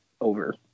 over